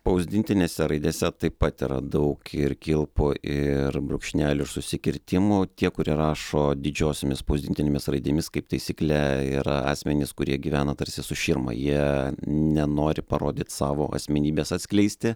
spausdintinėse raidėse taip pat yra daug ir kilpų ir brūkšnelių ir susikirtimų tie kurie rašo didžiosiomis spausdintinėmis raidėmis kaip taisyklė yra asmenys kurie gyvena tarsi su širma jie nenori parodyt savo asmenybės atskleisti